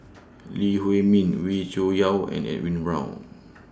Lee Huei Min Wee Cho Yaw and Edwin Brown